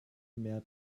mehr